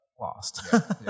lost